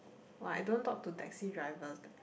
!wah! I don't talk to taxi drivers leh